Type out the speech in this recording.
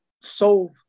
solve